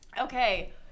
Okay